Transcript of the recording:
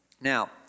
Now